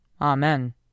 Amen